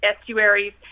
estuaries